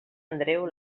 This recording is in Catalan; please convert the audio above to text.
andreu